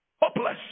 Hopeless